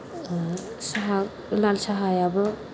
साहा लाल साहायाबो